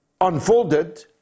unfolded